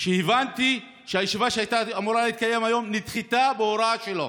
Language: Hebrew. והבנתי שהישיבה שהייתה אמורה להתקיים היום נדחתה בהוראה שלו: